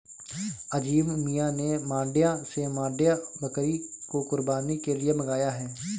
अजीम मियां ने मांड्या से मांड्या बकरी को कुर्बानी के लिए मंगाया है